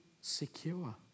secure